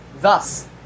Thus